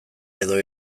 edo